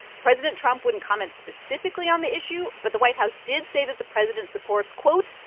president trump wouldn't comment specifically on the issue, but the white house did say that the president supports, quote,